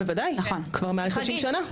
בוודאי כבר מעל 30 שנה.